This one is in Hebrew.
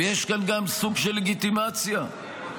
ויש כאן גם סוג של לגיטימציה לגורם